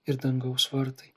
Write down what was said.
ir dangaus vartai